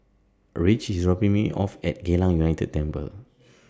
Ridge IS dropping Me off At Geylang United Temple